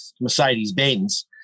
Mercedes-Benz